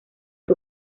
que